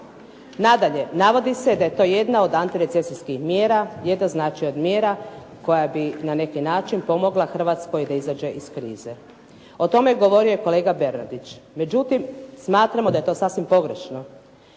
Nadalje, navodi se da je to jedna od antirecesijskih mjera, je da znači od mjera, koja bi na neki način pomogla Hrvatskoj da izađe iz krize. O tome je govorio i kolega Bernaredić. Međutim, smatramo da je to sasvim pogrešno.